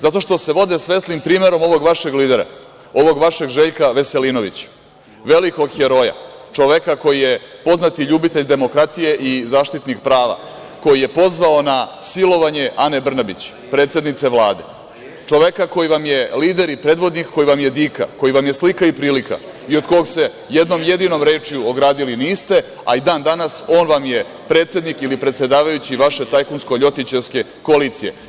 Zato što se vode svetlim primerom ovog vašeg lidera, ovog vašeg Željka Veselinovića, velikog heroja, čoveka koji je poznati ljubitelj demokratije i zaštitnik prava, koji je pozvao na silovanje Ane Brnabić, predsednice Vlade, čoveka koji vam je lider i predvodnik, koji vam je dika, koji vam je slika i prilika i od kog se jednom jedinom rečju ogradili niste, a i dan-danas on vam je predsednik ili predsedavajući vaše tajkunsko-ljotićevske koalicije.